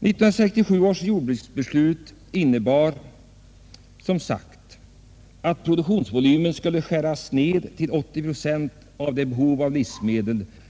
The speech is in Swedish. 1967 års jordbruksbeslut innebar som sagt att produktionsvolymen skulle skäras ned till 80 procent av vad